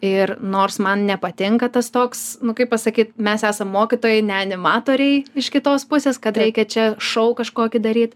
ir nors man nepatinka tas toks nu kaip pasakyt mes esam mokytojai ne animatoriai iš kitos pusės kad reikia čia šou kažkokį daryt